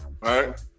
right